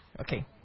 Okay